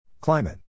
Climate